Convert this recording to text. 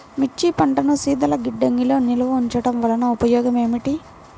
మిర్చి పంటను శీతల గిడ్డంగిలో నిల్వ ఉంచటం వలన ఉపయోగం ఏమిటి?